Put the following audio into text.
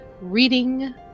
reading